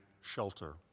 shelter